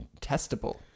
testable